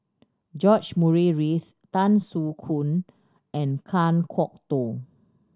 George Murray Reith Tan Soo Khoon and Kan Kwok Toh